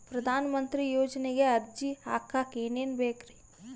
ಪ್ರಧಾನಮಂತ್ರಿ ಯೋಜನೆಗೆ ಅರ್ಜಿ ಹಾಕಕ್ ಏನೇನ್ ಬೇಕ್ರಿ?